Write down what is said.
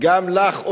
וגם לך,